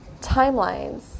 timelines